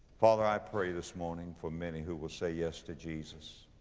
father i pray this morning for many who will say yes to jesus,